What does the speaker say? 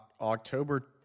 October